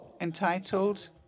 entitled